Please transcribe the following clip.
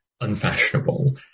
unfashionable